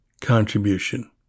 contribution